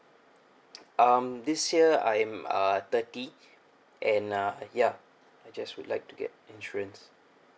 um this year I'm uh thirty and uh ya I just would like to get insurance